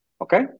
Okay